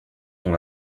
ton